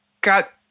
got